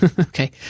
okay